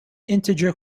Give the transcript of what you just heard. integer